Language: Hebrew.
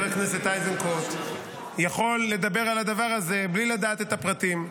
הכנסת איזנקוט יכול לדבר על הדבר הזה בלי לדעת את הפרטים.